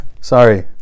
Sorry